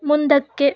ಮುಂದಕ್ಕೆ